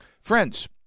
Friends